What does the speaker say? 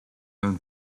own